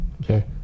okay